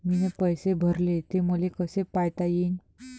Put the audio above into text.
मीन पैसे भरले, ते मले कसे पायता येईन?